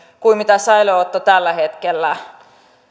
kuin säilöönotto tällä hetkellä